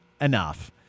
Enough